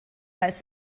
als